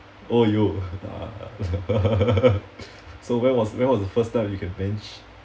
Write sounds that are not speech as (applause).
!aiyo! ah (laughs) so when was when was the first time you can bench